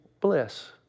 bliss